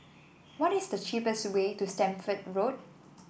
what is the cheapest way to Stamford Road